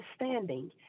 understanding